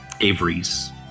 Avery's